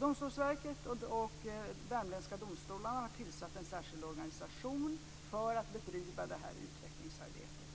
Domstolsverket och de värmländska domstolarna har tillsatt en särskild organisation för att bedriva detta utvecklingsarbete.